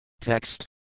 Text